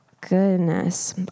Goodness